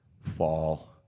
fall